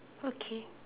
okay